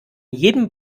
jedem